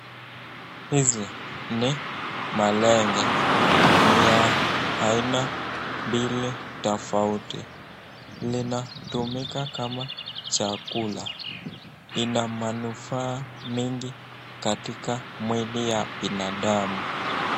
Hizi ni malenge, ni ya aina mbili tofauti. Linatumika kama chakula. Ina manufaa mingi katika mwili ya binadamu.